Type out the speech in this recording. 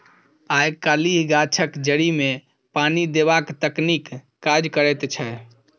आय काल्हि गाछक जड़िमे पानि देबाक तकनीक काज करैत छै